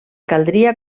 caldria